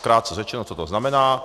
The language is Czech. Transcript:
Krátce řečeno, co to znamená.